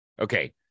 Okay